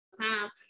time